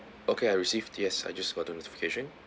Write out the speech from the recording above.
okay I received yes I just saw the notification